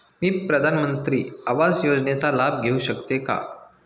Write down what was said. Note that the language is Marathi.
मी प्रधानमंत्री आवास योजनेचा लाभ घेऊ शकते का?